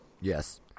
Yes